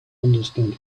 understand